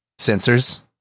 Sensors